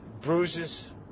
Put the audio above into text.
bruises